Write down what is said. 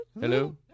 Hello